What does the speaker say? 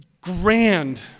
grand